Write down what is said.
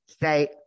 say